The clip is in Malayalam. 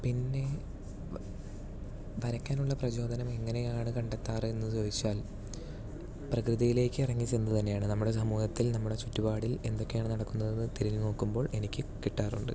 പിന്നെ വരക്കാനുള്ള പ്രചോദനം എങ്ങനെയാണു കണ്ടെത്താറ് എന്ന് ചോദിച്ചാൽ പ്രകൃതിയിലേക്കിറങ്ങിച്ചെന്ന് തന്നെയാണ് നമ്മുടെ സമൂഹത്തിൽ നമ്മുടെ ചുറ്റുപാടിൽ എന്തൊക്കെയാണ് നടക്കുന്നതെന്ന് തിരിഞ്ഞു നോക്കുമ്പോൾ എനിക്ക് കിട്ടാറുണ്ട്